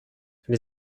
les